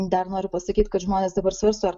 dar noriu pasakyt kad žmonės dabar svarsto ar